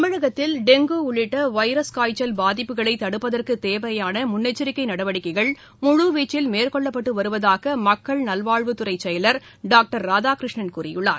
தமிழகத்தில் டெங்கு டஉள்ளிட்ட வைரஸ் காய்ச்சல் பாதிப்புகளை தடுப்பதற்குத் தேவையான முன்னெச்சிக்கை நடவடிக்கைகள் முழுவீச்சில் மேற்கொள்ளப்பட்டு வருவதாக மக்கள் நல்வாழ்வுத் துறை செயலர் டாக்டர் ராதாகிருஷ்ணன் கூறியுள்ளார்